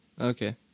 Okay